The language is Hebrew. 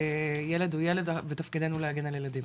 ילד הוא ילד ותפקידנו להגן על ילדים.